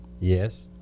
Yes